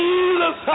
Jesus